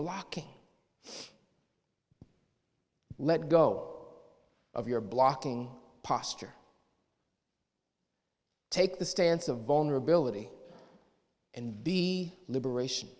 blocking let go of your blocking posture take the stance of vulnerability and be liberation